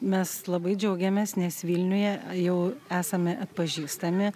mes labai džiaugiamės nes vilniuje jau esame atpažįstami